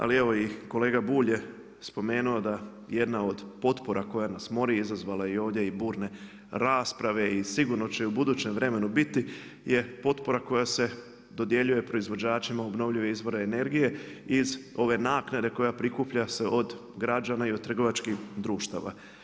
Ali, evo, i kolega Bulj je spomenuo da jedna od potpora koja nas mori izazvala je ovdje i burne rasprave i sigurno će i u budućem vremenu biti, je potpora koja se dodjeljuje proizvođačima obnovljive izvore energije, iz ove naknade koja prikuplja se od građana i od trgovačkim društava.